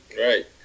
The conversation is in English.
Right